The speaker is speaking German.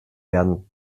werden